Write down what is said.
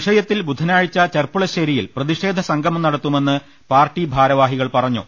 വിഷയത്തിൽ ബുധനാഴ്ച ചെർപ്പുളശ്ശേരിയിൽ പ്രതിഷേധ സംഗമം നടത്തുമെന്ന് പാർട്ടി ഭാരവാഹികൾ പറഞ്ഞു